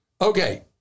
Okay